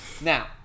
Now